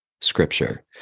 scripture